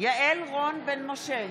יעל רון בן משה,